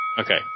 Okay